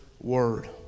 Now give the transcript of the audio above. word